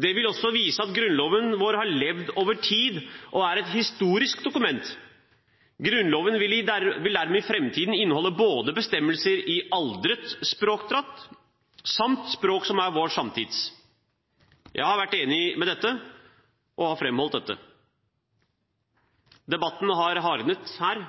Det vil også vise at Grunnloven vår har levd over tid og er et historisk dokument. Grunnloven vil dermed i framtiden inneholde bestemmelser både i aldret språkdrakt og i et språk som er vår samtids. Jeg har vært enig og har framholdt dette. Debatten har hardnet til her.